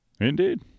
Indeed